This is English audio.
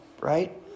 right